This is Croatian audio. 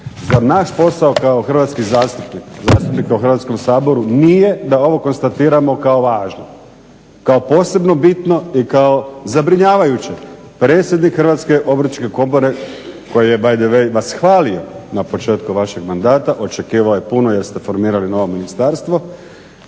Zar naš posao kao hrvatskih zastupnika, zastupnika u Hrvatskom saboru nije da ovo konstatiramo kao važno, kao posebno bitno i kao zabrinjavajuće? Predsjednik HOK-a koji je by the way vas hvalio na početku vašeg mandata, očekivao je puno jer ste formirali novo ministarstvo,